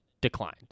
declined